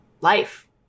life